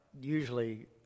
usually